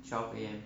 相片